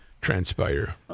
transpire